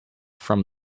from